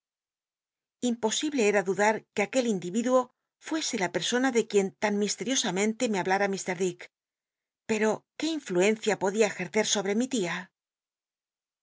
imposible eta dudar que aquel in lividuo fuese la persona de uien tan misteriosamente me hablara mr dick pero qué influencia podia ejet'ccr sobre mi tia